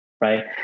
right